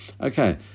Okay